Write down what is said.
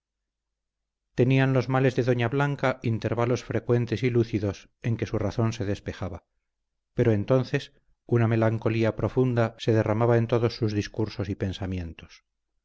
tenían los males de doña blanca intervalos frecuentes y lúcidos en que su razón se despejaba pero entonces una melancolía profunda se derramaba en todos sus discursos y pensamientos